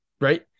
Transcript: right